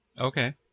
Okay